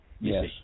Yes